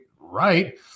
right